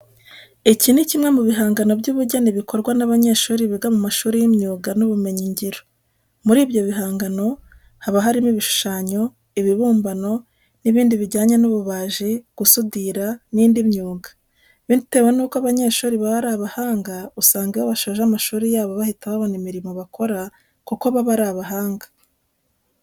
Iki ni kimwe mu bihangano by'ubugeni bikorwa n'abanyeshuri biga mu mashuri y'imyuga n'ibumenyingiro. Muri ibyo bihangano haba harimo ibishushanyo, ibibumbano n'ibindi bijyanye n'ububaji, gusudira n'indi myuga. Bitewe nuko aba banyeshuri baba ari abahanga usanga iyo basoje amashuri yabo bahita babona imirimo bakora kuko baba ari abahanga.